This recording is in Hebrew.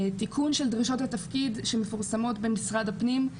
תיקון של דרישות התפקיד שמפורסמות במשרד הפנים,